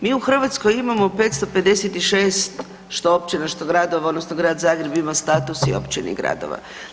Mi u Hrvatskoj imamo 556 što općina, što gradova odnosno Grad Zagreb ima status i općina i gradova.